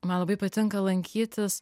man labai patinka lankytis